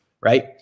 right